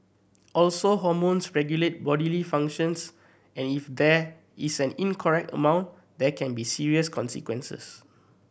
also hormones regulate bodily functions and if there is an incorrect amount there can be serious consequences